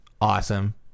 Awesome